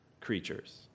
creatures